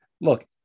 look